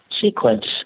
sequence